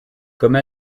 comme